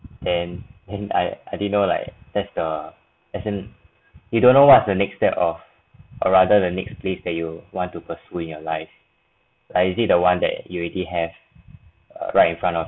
then and I I didn't know like that's the as in you don't know what's the next step of or rather the next place that you want to pursue in your life like is it the one that you already have uh right in front of